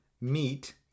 meet